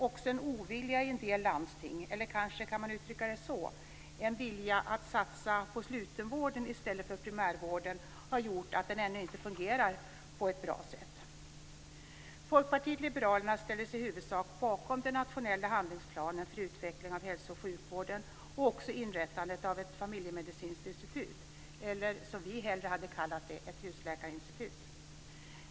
Också en ovilja i en del landsting - eller kanske man kan uttrycka det på följande sätt: en vilja att satsa på slutenvården i stället för på primärvården - har gjort att primärvården ännu inte fungerar på ett bra sätt. Folkpartiet liberalerna ställde sig i huvudsak bakom den nationella handlingsplanen för utveckling av hälso och sjukvården och även inrättandet av ett familjemedicinskt institut eller - som vi hellre hade kallat det - ett husläkarinstitut.